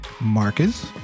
Marcus